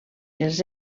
els